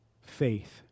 faith